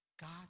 God